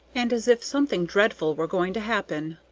and as if something dreadful were going to happen.